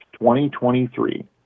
2023